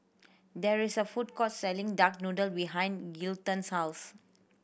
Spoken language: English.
there is a food court selling duck noodle behind Glendon's house